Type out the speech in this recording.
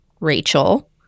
rachel